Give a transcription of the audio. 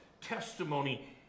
testimony